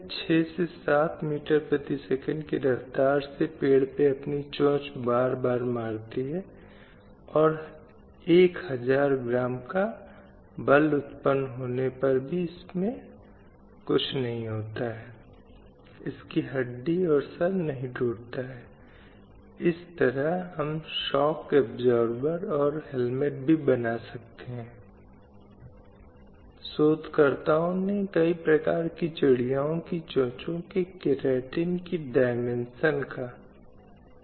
आर्थिक संपत्तियों तक पहुँच निर्णय लेने में महिलाओं की आवाज़ बढ़ाने के माध्यम से और सभ्य आजीविका का अधिकार सुनिश्चित करने समाज में महिलाओं की पूर्ण भागीदारी घरों में स्वायत्तता से लेकर समुदाय राष्ट्रीय और अंतर्राष्ट्रीय स्तर पर सभी राजनीतिक प्रक्रियाओं में आवाज़ उठाना और महिलाओं और लड़कियों के खिलाफ हिंसा को समाप्त करना